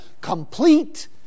complete